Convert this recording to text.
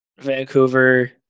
Vancouver –